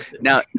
Now